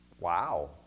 Wow